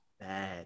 bad